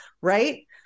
right